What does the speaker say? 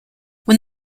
when